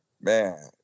Man